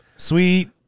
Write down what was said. Sweet